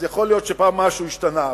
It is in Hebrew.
אז יכול להיות שפה משהו השתנה,